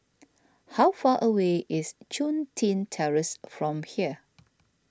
how far away is Chun Tin Terrace from here